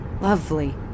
Lovely